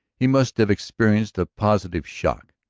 he must have experienced a positive shock.